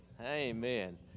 Amen